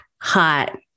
hot